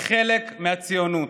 היא חלק מהציונות.